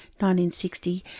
1960